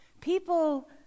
people